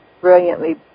brilliantly